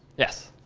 yes?